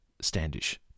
Standish